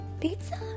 Pizza